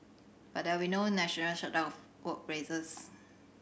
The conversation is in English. but there will no national shutdown workplaces